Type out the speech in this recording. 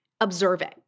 observing